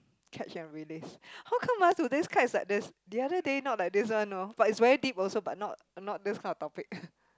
catch and release how come ah today's card is like this the other day not like this one know but is very deep also but not not this kind of topic